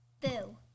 Boo